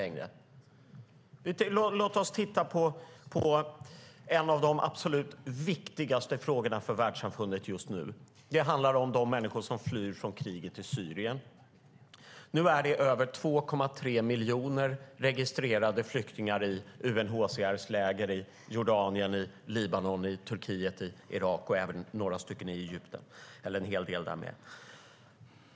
Låt oss titta på en av de absolut viktigaste frågorna för världssamfundet just nu. Det handlar om de människor som flyr från kriget i Syrien. Nu är det över 2,3 miljoner registrerade flyktingar i UNHCR:s läger i Jordanien, Libanon, Turkiet, Irak och Egypten.